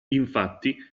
infatti